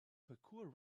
parkour